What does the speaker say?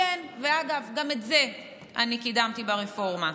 כן, ואגב, גם את זה אני קידמתי ברפורמה.